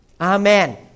Amen